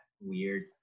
weird